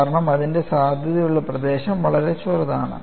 കാരണം അതിന്റെ സാധുതയുള്ള പ്രദേശം വളരെ ചെറുതാണ്